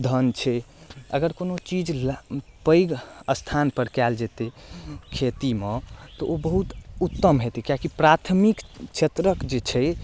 धन छै अगर कोनो चीज पैघ स्थान पर कएल जेतै खेतीमे तऽ ओ बहुत उत्तम हेतै किएकि प्राथमिक क्षेत्रके जे छै